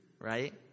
Right